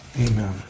Amen